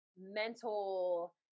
mental